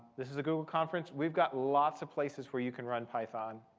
this is a google conference. we've got lots of places where you can run python,